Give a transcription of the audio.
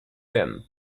him